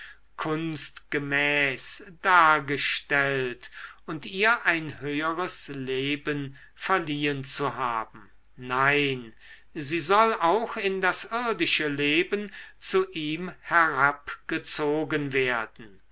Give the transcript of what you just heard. kunstgemäß dargestellt und ihr ein höheres leben verliehen zu haben nein sie soll auch in das irdische leben zu ihm herabgezogen werden